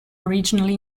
originally